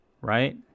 right